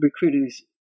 recruiters